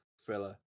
thriller